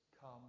come